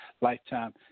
lifetime